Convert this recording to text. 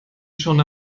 schon